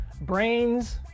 brains